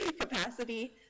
capacity